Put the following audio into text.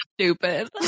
stupid